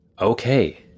Okay